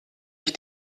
ich